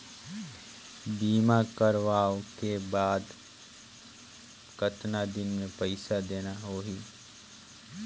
बीमा करवाओ के बाद कतना दिन मे पइसा देना हो ही?